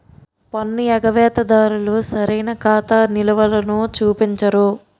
పన్ను ఎగవేత దారులు సరైన ఖాతా నిలవలని చూపించరు